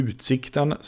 Utsikten